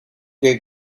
qué